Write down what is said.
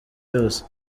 yose